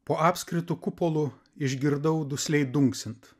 po apskritu kupolu išgirdau dusliai dunksint